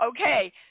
Okay